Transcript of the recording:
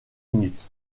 minutes